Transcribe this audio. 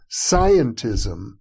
Scientism